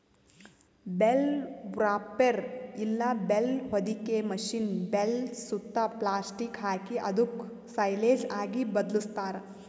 bale wrapper ಇಲ್ಲ bale ಹೊದಿಕೆ machine bale ಸುತ್ತಾ ಪ್ಲಾಸ್ಟಿಕ್ ಹಾಕಿ ಅದುಕ್ ಸೈಲೇಜ್ ಆಗಿ ಬದ್ಲಾಸ್ತಾರ್